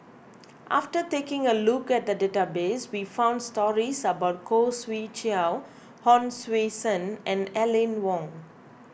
after taking a look at the database we found stories about Khoo Swee Chiow Hon Sui Sen and Aline Wong